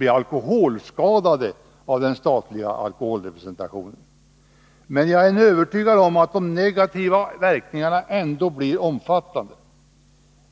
blir alkoholskadade av den statliga alkoholrepresentationen med tanke på hur liten den är. Jag är övertygad om att de negativa verkningarna ändå blir omfattande.